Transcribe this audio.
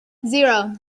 zero